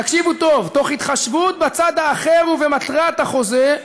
תקשיבו טוב, מתוך התחשבות בצד האחר ובמטרת החוזה,